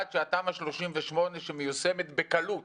אחד שתמ"א 38 שמיושמת בקלות